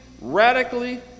radically